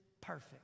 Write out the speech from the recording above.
perfect